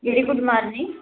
very good morning